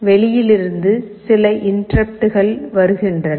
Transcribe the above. வெளியில் இருந்து சில இன்டெர்ருப்ட்கள் வருகின்றன